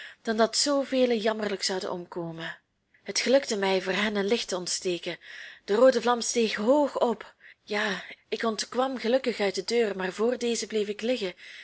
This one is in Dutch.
dan dat zoo velen jammerlijk zouden omkomen het gelukte mij voor hen een licht te ontsteken de roode vlam steeg hoog op ja ik ontkwam gelukkig uit de deur maar voor deze bleef ik liggen